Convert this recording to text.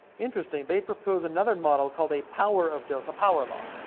interesting. they propose another model called a power of dose, a power law.